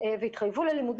כל זה היה מכספי תרומות.